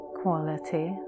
quality